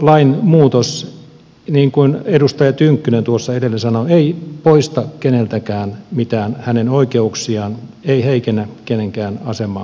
avioliittolain muutos niin kuin edustaja tynkkynen tuossa edellä sanoi ei poista keneltäkään mitään hänen oikeuksiaan ei heikennä kenenkään asemaa